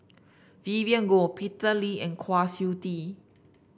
Vivien Goh Peter Lee and Kwa Siew Tee